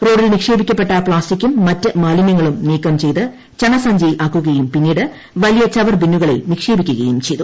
റോഡിൽ നിക്ഷേപിക്കപ്പെട്ട പ്ലാസ്റ്റിക്കും മറ്റ് മാലിന്യങ്ങളും നീക്കം ചെയ്ത് ചണസഞ്ചിയിൽ ആക്കുകയും പിന്നീട് വലിയ ചവർ ബിന്നുകളിൽ നിക്ഷേപിക്കുകയും ചെയ്തു